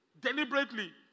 deliberately